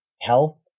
Health